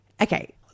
Okay